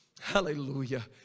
hallelujah